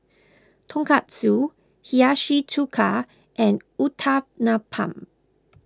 Tonkatsu Hiyashi Chuka and Uthapam